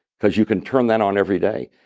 because you can turn that on every day.